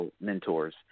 mentors